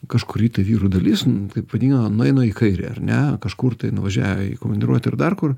kažkuri vyrų dalis taip vadinama nueina į kairę ar ne kažkur tai nuvažiavę į komandiruotę ir dar kur